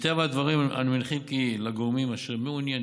מטבע הדברים, אנו מניחים כי לגורמים המעוניינים